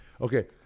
Okay